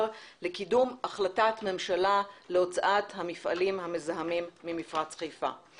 לקידום החלטת ממשלה להוצאת המפעלים המזהמים ממפרץ חיפה.